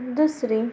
दुसरी